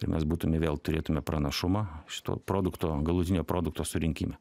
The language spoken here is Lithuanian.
ir mes būtume vėl turėtume pranašumą šito produkto galutinio produkto surinkime